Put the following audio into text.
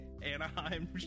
Anaheim